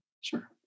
Sure